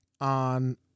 on